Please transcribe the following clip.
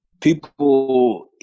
people